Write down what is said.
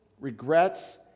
regrets